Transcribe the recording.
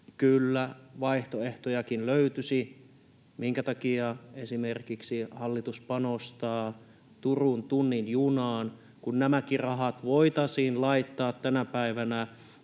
kyllä vaihtoehtojakin löytyisi. Minkä takia hallitus panostaa esimerkiksi Turun tunnin junaan, kun nämäkin rahat voitaisiin laittaa tänä päivänä